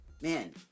Man